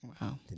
Wow